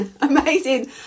amazing